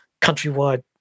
countrywide